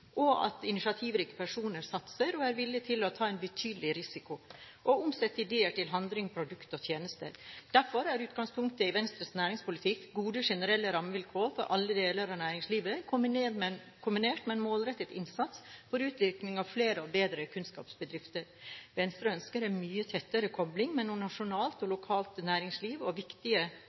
og av at initiativrike personer satser, er villig til å ta en betydelig risiko og omsetter ideer til handling, produkter og tjenester. Derfor er utgangspunktet i Venstres næringspolitikk gode, generelle rammevilkår for alle deler av næringslivet, kombinert med en målrettet innsats for utvikling av flere og bedre kunnskapsbedrifter. Venstre ønsker en mye tettere kobling mellom nasjonalt og lokalt næringsliv og viktige